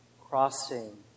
crossing